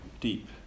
deep